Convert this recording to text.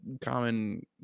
common